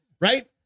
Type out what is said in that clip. Right